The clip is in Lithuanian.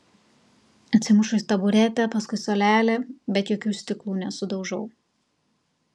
atsimušu į taburetę paskui suolelį bet jokių stiklų nesudaužau